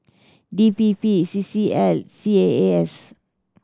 D P P C C L C A A S